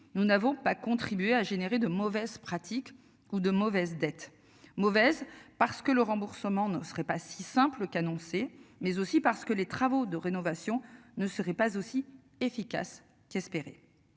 Nous n'avons pas contribuer à générer de mauvaises pratiques ou de mauvaises dettes mauvaise parce que le remboursement ne serait pas si simple qu'annoncé. Mais aussi parce que les travaux de rénovation ne serait pas aussi efficace qu'espéré.